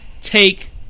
Take